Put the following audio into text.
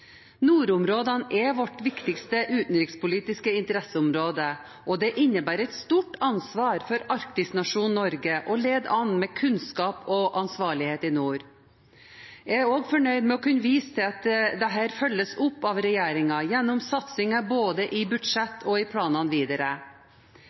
Nordområdene er vårt viktigste utenrikspolitiske interesseområde, og det innebærer et stort ansvar for arktisnasjonen Norge å lede an med kunnskap og ansvarlighet i nord. Jeg er fornøyd med å kunne vise til at dette følges opp av regjeringen gjennom satsinger både i